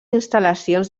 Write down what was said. instal·lacions